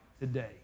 today